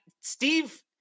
Steve